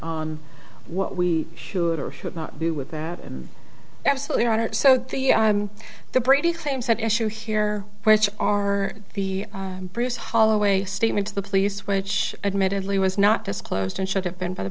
on what we should or should not do with that and absolutely on it so that the the brady claims that issue here which are the bruce holloway statement to the police which admittedly was not disclosed and should have been by the